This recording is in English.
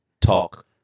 talk